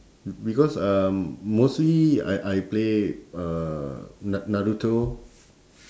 because um mostly I I play uh na~ naruto